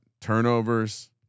turnovers